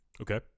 Okay